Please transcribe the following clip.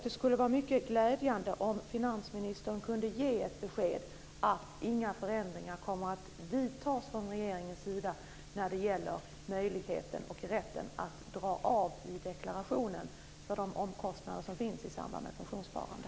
Det skulle vara mycket glädjande om finansministern kunde ge ett besked om att inga förändringar kommer att vidtas från regeringens sida när det gäller möjligheten och rätten att dra av i deklarationen för de omkostnader som finns i samband med pensionssparande.